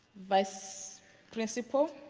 vice principal,